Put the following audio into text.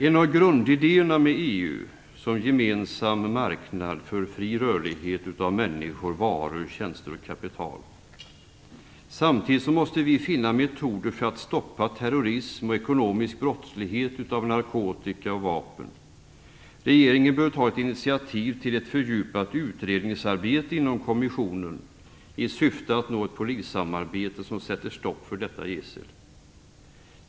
En av grundidéerna med EU som gemensam marknad är fri rörlighet för människor, varor, tjänster och kapital. Samtidigt måste vi finna metoder för att stoppa terrorism och ekonomisk brottslighet av narkotika och vapen. Regeringen bör ta ett initiativ till ett fördjupat utredningsarbete inom kommissionen i syfte att nå ett polissamarbete som sätter stopp för detta gissel.